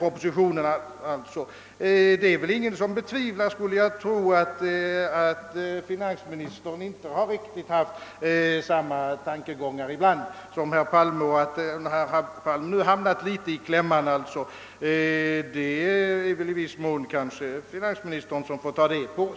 Det finns väl ingen som betvivlar att finansministern ibland inte riktigt har samma tankar som herr Palme, och i viss mån får väl finansministern ta på sig ansvaret för att herr Palme nu har kommit i kläm.